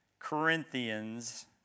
Corinthians